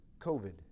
COVID